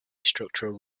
structural